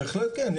בהחלט כן,